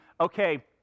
okay